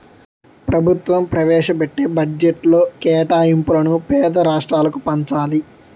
ప్రభుత్వం ప్రవేశపెట్టే బడ్జెట్లో కేటాయింపులను పేద రాష్ట్రాలకు పంచాలి